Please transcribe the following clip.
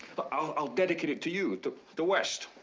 but i'll i'll dedicate it to you, to to west.